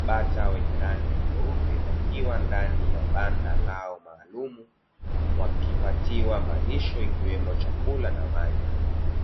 Bata wenye rangi nyeupe wakiwa ndani ya banda lao maalim, wakipatiwa malisho ikiwemo chakula na maji.